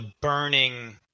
burning